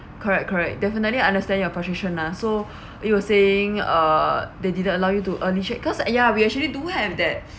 correct correct definitely understand your position lah so you were saying uh they didn't allow you to early ya we actually do have that